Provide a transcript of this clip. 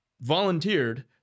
volunteered